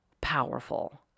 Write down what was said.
powerful